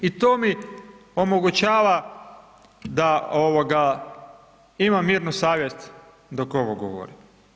I to mi omogućava da imam mirnu savjest dok ovo govorim.